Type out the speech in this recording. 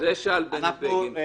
זה כבר שאל בני בגין.